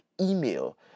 email